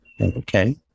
Okay